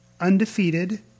Undefeated